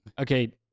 okay